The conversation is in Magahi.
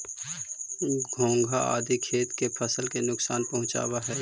घोंघा आदि खेत के फसल के नुकसान पहुँचावऽ हई